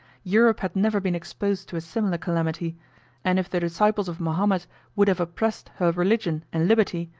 europe had never been exposed to a similar calamity and if the disciples of mahomet would have oppressed her religion and liberty,